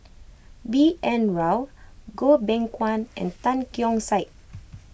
B N Rao Goh Beng Kwan and Tan Keong Saik